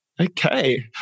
okay